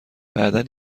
بعدا